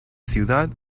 ciudad